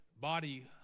body